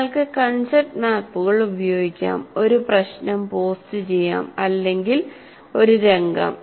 ഒരാൾക്ക് കൺസെപ്റ്റ് മാപ്പുകൾ ഉപയോഗിക്കാം ഒരു പ്രശ്നം പോസ്റ്റുചെയ്യാം അല്ലെങ്കിൽ ഒരു രംഗം